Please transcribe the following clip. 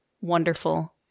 wonderful